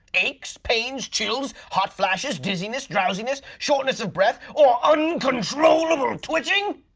aches, pains, chills, hot flashes, dizziness, drowsiness, shortness of breath, or uncontrollable twitching?